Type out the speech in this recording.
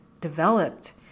developed